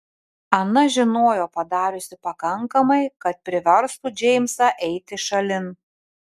ana žinojo padariusi pakankamai kad priverstų džeimsą eiti šalin